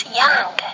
young